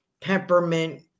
peppermint